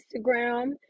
Instagram